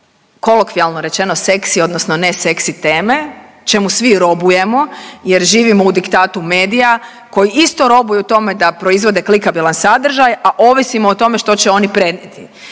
kolokvijalno rečeno seksi odnosno ne seksi teme čemu svi robujemo jer živimo u diktatu medija koji isto robuju tome da proizvode klikabilan sadržaj, a ovisimo o tome što će ono prenijeti.